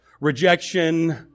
rejection